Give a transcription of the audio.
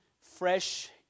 fresh